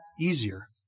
easier